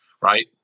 right